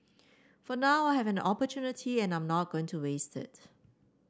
for now I have an opportunity and I'm not going to waste it